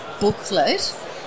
booklet